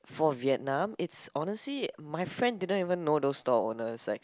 for Vietnam it's honestly my friend didn't even know those store owners like